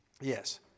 Yes